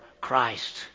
Christ